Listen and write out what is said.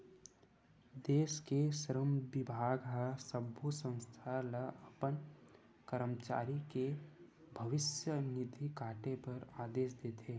देस के श्रम बिभाग ह सब्बो संस्था ल अपन करमचारी के भविस्य निधि काटे बर आदेस देथे